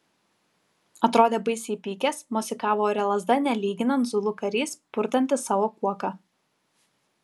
atrodė baisiai įpykęs mosikavo ore lazda nelyginant zulų karys purtantis savo kuoką